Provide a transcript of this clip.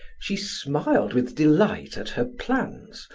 she smiled with delight at her plans,